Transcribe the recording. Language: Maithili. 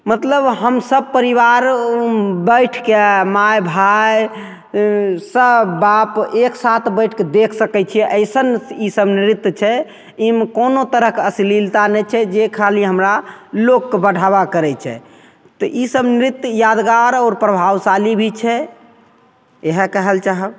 मतलब हमसभ परिवार ओ बैठिके माइ भाइ सभ बाप एकसाथ बैठिके देखि सकै छिए अइसन ईसब नृत्य छै ई मे कोनो तरहके अश्लीलता नहि छै जे खाली हमरा लोकके बढ़ावा करै छै तऽ ईसब नृत्य यादगार आओर प्रभावशाली भी छै इएह कहैले चाहब